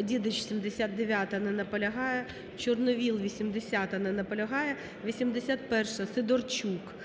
Дідич, 79-а. Не наполягає. Чорновол, 80-а. не наполягає. 81-а, Сидорчук.